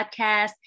podcast